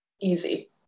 easy